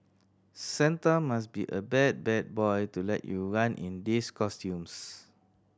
santa must be a bad bad boy to let you run in these costumes